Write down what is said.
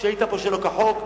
שהית פה שלא כחוק,